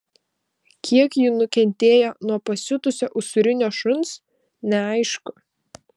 kiek jų nukentėjo nuo pasiutusio usūrinio šuns neaišku